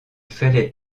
fallait